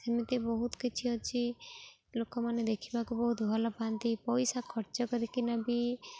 ସେମିତି ବହୁତ କିଛି ଅଛି ଲୋକମାନେ ଦେଖିବାକୁ ବହୁତ ଭଲ ପାାଆନ୍ତି ପଇସା ଖର୍ଚ୍ଚ କରିକିନା ବି